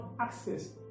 access